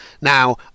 Now